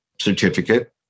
certificate